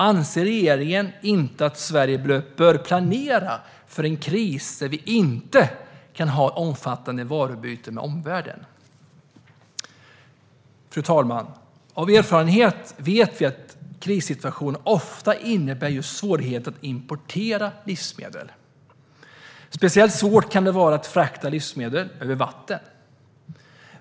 Anser regeringen inte att Sverige bör planera för en kris där vi inte kan ha ett omfattande varuutbyte med omvärlden? Fru talman! Av erfarenhet vet vi att krissituationer ofta innebär just svårigheter att importera livsmedel. Speciellt svårt kan det vara att frakta livsmedel över vatten.